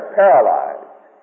paralyzed